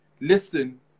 listen